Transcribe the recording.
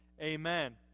Amen